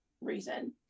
reason